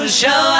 show